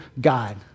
God